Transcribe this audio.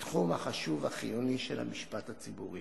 בתחום החשוב והחיוני של המשפט הציבורי.